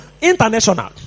International